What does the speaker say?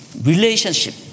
relationship